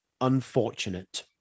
unfortunate